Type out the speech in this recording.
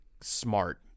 smart